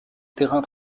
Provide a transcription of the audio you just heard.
terrain